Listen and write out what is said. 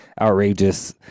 outrageous